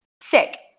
Sick